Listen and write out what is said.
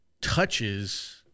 touches